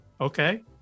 okay